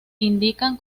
indican